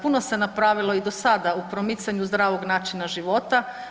Puno se napravilo i do sada u promicanju zdravog načina života.